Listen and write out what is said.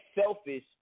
selfish